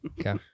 Okay